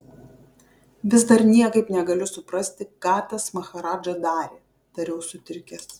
vis dar niekaip negaliu suprasti ką tas maharadža darė tariau sutrikęs